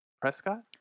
Prescott